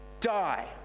die